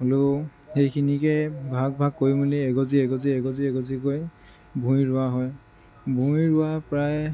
হ'লেও সেইখিনিকে ভাগ ভাগ কৰি মেলি এগজি এগজি এগজি এগজিকৈ ভূঁই ৰোৱা হয় ভুঁই ৰোৱা প্ৰায়